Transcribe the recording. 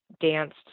danced